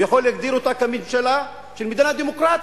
הוא יכול להגדיר אותה כממשלה של מדינה דמוקרטית,